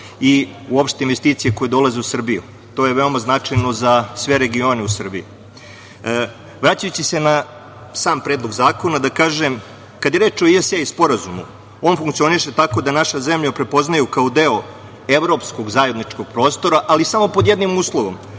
i uopšte investicije koje dolaze u Srbiju. To je veoma značajno za sve regione u Srbiji. Vraćajući se na sam Predlog zakona da kažem kada je reč o sporazumu, on funkcioniše tako da našu zemlju prepoznaju kao deo evropskog zajedničkog prostora, ali samo pod jednim uslovom,